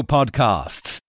Podcasts